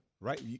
Right